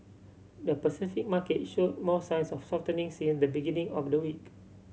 the Pacific market show more signs of softening since the beginning of the week